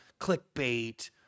clickbait